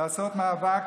לעשות מאבק,